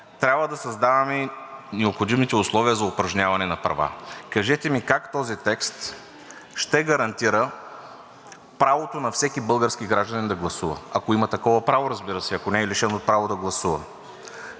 трябва да създаваме необходимите условия за упражняване на права. Кажете ми как този текст ще гарантира правото на всеки български гражданин да гласува, ако има такова право, разбира се, ако не е лишен от право да гласува?